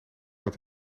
uit